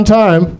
time